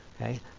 Okay